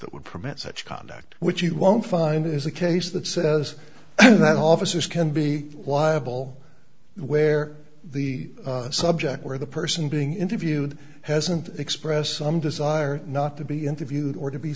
hat would permit such conduct which you won't find is a case that says that officers can be liable where the subject where the person being interviewed hasn't expressed some desire not to be interviewed or to be